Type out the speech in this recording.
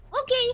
okay